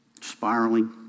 spiraling